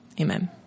Amen